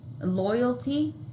loyalty